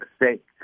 mistake